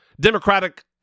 Democratic